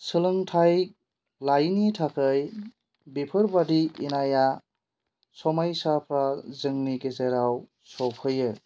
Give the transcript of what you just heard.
सोलोंथाइ लायैनि थाखै बेफोरबादि इनाया समायसाफ्रा जोंनि गेजेराव सफैयो